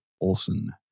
Olson